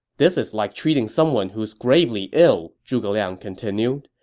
this is like treating someone who's gravely ill, zhuge liang continued.